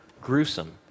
gruesome